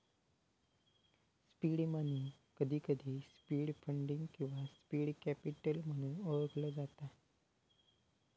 seed money, कधीकधी seed funding किंवा seed capital म्हणून ओळखला जाता